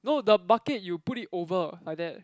no the bucket you put it over like that